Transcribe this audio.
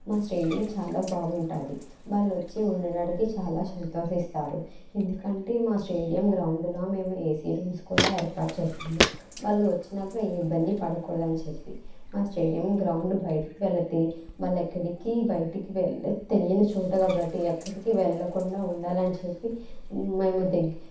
మా స్టేడియం చాలా బాగుంటుంది వాళ్ళు వచ్చి ఉండడానికి చాలా సంతోషిస్తారు ఎందుకంటే మా స్టేడియం గ్రౌండ్ లో మేము ఏసీ రూమ్స్ కూడా ఏర్పాటు చేశాము వాళ్ళు వచ్చినప్పుడు ఏ ఇబ్బంది పడకూడదని చెప్పి మా స్టేడియం గ్రౌండ్ బయటకు వెళితే వాళ్ళెక్కడికీ బయటికి వెళ్ళే తెలియని చోటు కాబట్టి ఎక్కడికి వెళ్ళకుండా ఉండాలని చెప్పి మేము దగ్గ